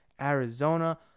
Arizona